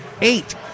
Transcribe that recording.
Eight